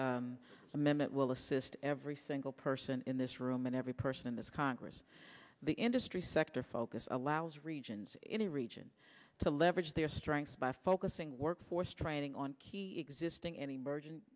amendment will assist every single person in this room and every person in this congress the industry sector focus allows regions in the region to leverage their strengths by focusing workforce training on key existing any mer